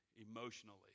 emotionally